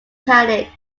panic